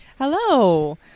Hello